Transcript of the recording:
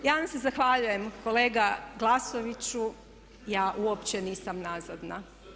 Ja vam se zahvaljujem kolega Glasnoviću, ja uopće nisam nazadna.